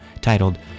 titled